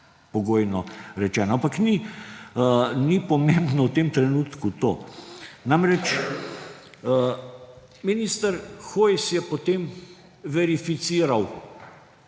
pogojno rečeno. Ampak, to ni pomembno v tem trenutku. Namreč, minister Hojs je potem verificiral